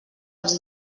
els